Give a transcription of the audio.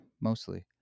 mostly